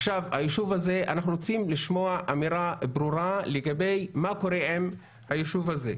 אנחנו רוצים לשמוע אמירה ברורה לגבי מה קורה עם היישוב הזה.